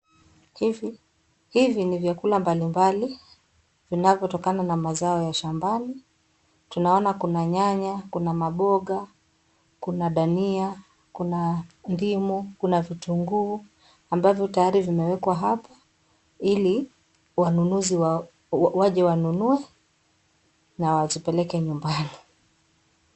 Hivi ni vyakula mbalimbali vinavyo tokana na mazao ya shambani, tunaona kuna nyanya, kuna maboga, kuna dania, kuna ndimu, kuna vitunguu ambavyo rayari vimewekwa hapo hili wanunuzi waje wazinunue na wazipeleke nyumbani.